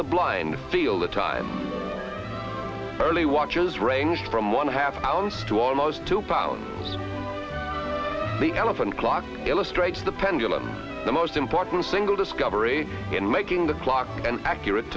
the blind feel the time early watches range from one half ounce to almost two pound elephant clock illustrates the pendulum the most important single discovery in making the clock an accurate